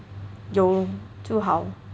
有就好